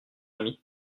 ami